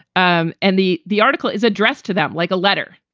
um and the the article is addressed to that like a letter.